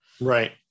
Right